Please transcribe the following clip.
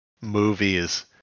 movies